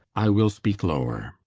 i will speake lower